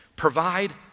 Provide